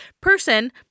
person